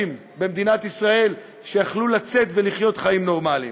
במדינת ישראל שיכלו לצאת ולחיות חיים נורמליים.